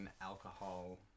alcohol